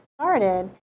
started